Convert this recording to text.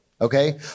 okay